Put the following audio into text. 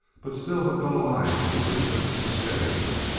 but still the dull eyes of elizabeth were steady enough.